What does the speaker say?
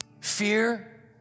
fear